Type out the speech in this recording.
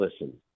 listen